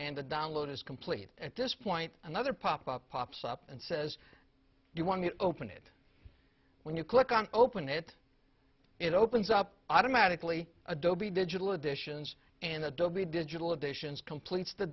and the download is complete at this point another pop up pops up and says you want to open it when you click on open it it opens up automatically adobe digital editions and adobe digital editions completes the